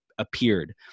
appeared